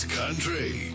country